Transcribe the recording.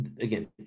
again